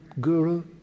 guru